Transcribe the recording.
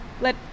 let